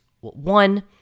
one